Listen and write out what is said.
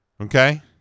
Okay